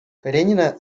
каренина